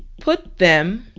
put them